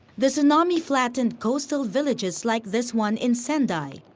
the tsunami flattened coastal villages like this one in sendai,